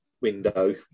window